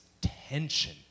tension